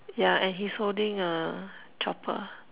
yeah and he's holding a chopper